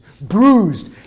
Bruised